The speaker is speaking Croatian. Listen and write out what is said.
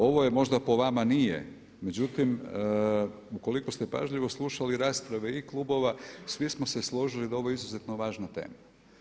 Ovo možda po vama nije, međutim ukoliko ste pažljivo slušali rasprave i klubova svi smo se složili da je ovo izuzetno važna tema.